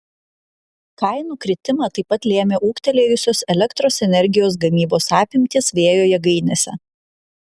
kainų kritimą taip pat lėmė ūgtelėjusios elektros energijos gamybos apimtys vėjo jėgainėse